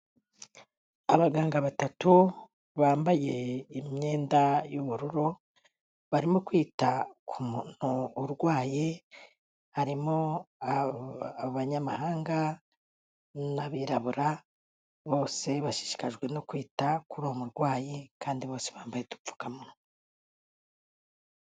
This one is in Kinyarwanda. Abaganga batatu bambaye imyenda y'ubururu, barimo kwita ku muntu urwaye, harimo Abanyamahanga n'Abirabura, bose bashishikajwe no kwita kuri uwo murwayi, kandi bose bambaye udupfukamunwa.